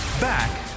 back